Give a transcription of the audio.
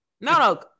No